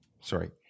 sorry